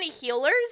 healers